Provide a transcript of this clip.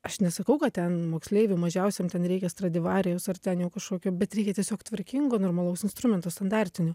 aš nesakau kad ten moksleiviu mažiausiam ten reikia stradivarijaus ar ten jau kažkokio bet reikia tiesiog tvarkingo normalaus instrumento standartinio